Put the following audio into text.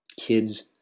kids